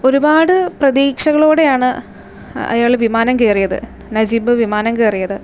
ഒരുപാട് പ്രതീക്ഷകളോടെ ആണ് അയാൾ വിമാനം കയറിയത് നജീബ് വിമാനം കയറിയത്